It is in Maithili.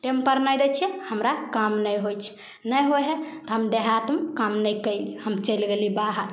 टेमपर नहि दै छिए हमरा काम नहि होइ छै नहि होइ हइ तऽ हम देहातमे काम नहि कएली हम चलि गेली बाहर